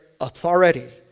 authority